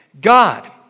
God